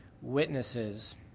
witnesses